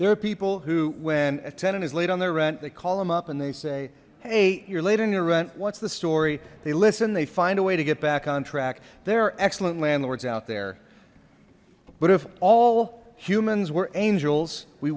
there are people who when a tenant is late on their rent they call him up and they say hey you're late on your rent what's the story they listen they find a way to get back on track there are excellent landlords out there but if all humans were angels we